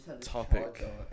topic